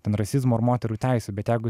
ten rasizmo ar moterų teisių bet jeigu